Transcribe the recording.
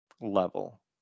level